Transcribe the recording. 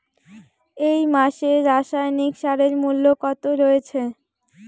এই মাসে রাসায়নিক সারের মূল্য কত রয়েছে?